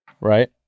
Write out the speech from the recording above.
right